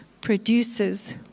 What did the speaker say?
produces